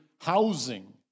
housing